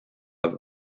aga